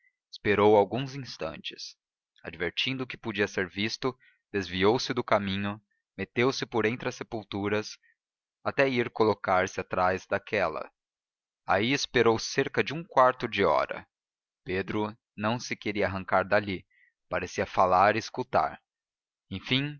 esperou alguns instantes advertindo que podia ser visto desviou se do caminho meteu-se por entre as sepulturas até ir colocar-se atrás daquela aí esperou cerca de um quarto de hora pedro não se queria arrancar dali parecia falar e escutar enfim